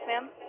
ma'am